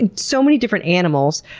and so many different animals.